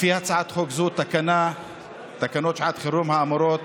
לפי הצעת חוק זו, תקנות שעת חירום האמורות,